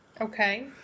Okay